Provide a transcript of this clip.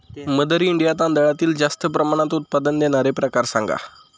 mother India तांदळातील जास्त प्रमाणात उत्पादन देणारे प्रकार सांगा